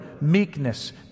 meekness